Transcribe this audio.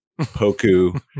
Poku